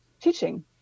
teaching